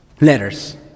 Letters